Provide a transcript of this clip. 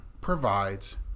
provides